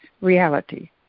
reality